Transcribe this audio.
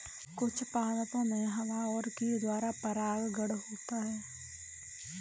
कुछ पादपो मे हवा और कीट द्वारा परागण होता है